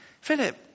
Philip